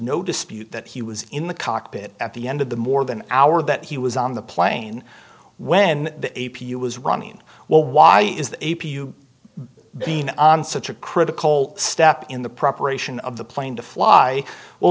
no dispute that he was in the cockpit at the end of the more than hour that he was on the plane when the a p was running well why is the a p you being on such a critical step in the preparation of the plane to fly